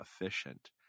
efficient